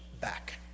back